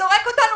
שזורק אותנו